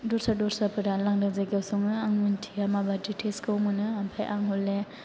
दस्रा दस्राफोरा लांदां जायगायाव सङो आं मिथिया माबायदि टेस्ट खौ मोनो ओमफ्राय आं हले